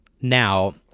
Now